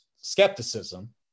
skepticism